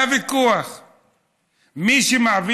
היה ויכוח.